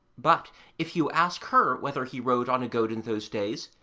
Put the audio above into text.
but if you ask her whether he rode on a goat in those days,